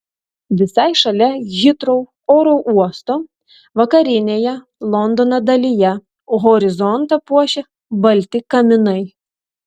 visai šalia hitrou oro uosto vakarinėje londono dalyje horizontą puošia balti kaminai